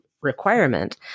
requirement